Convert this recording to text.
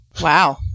Wow